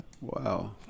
Wow